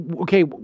okay